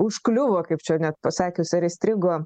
užkliuvo kaip čia net pasakius ar įstrigo